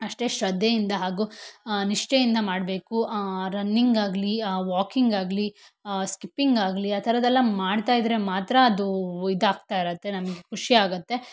ಅಷ್ಟೇ ಶ್ರದ್ಧೆಯಿಂದ ಹಾಗೂ ನಿಷ್ಠೆಯಿಂದ ಮಾಡಬೇಕು ರನ್ನಿಂಗ್ ಆಗಲಿ ವಾಕಿಂಗ್ ಆಗಲಿ ಸ್ಕಿಪ್ಪಿಂಗ್ ಆಗಲಿ ಆ ಥರದ್ದೆಲ್ಲ ಮಾಡ್ತಾ ಇದ್ದರೆ ಮಾತ್ರ ಅದು ಇದಾಗ್ತಾ ಇರುತ್ತೆ ನಮಗೆ ಖುಷಿಯಾಗತ್ತೆ